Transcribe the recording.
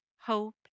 hope